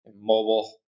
mobile